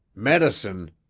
medicine!